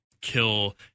kill